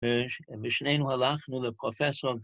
ושנינו הלכנו לפרופסור